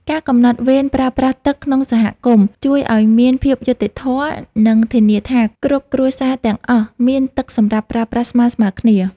ការកំណត់វេនប្រើប្រាស់ទឹកក្នុងសហគមន៍ជួយឱ្យមានភាពយុត្តិធម៌ និងធានាថាគ្រប់គ្រួសារទាំងអស់មានទឹកសម្រាប់ប្រើប្រាស់ស្មើៗគ្នា។